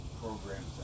programs